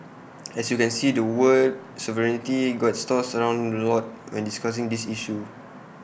as you can see the word sovereignty gets tossed around A lot when discussing this issue